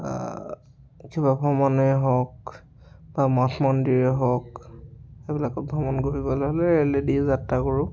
কিবা ভ্ৰমণেই হওক বা মঠ মন্দিৰেই হওক সেইবিলাক ভ্ৰমণ কৰিবলৈ হ'লে ৰেলেদিয়ে যাত্ৰা কৰোঁ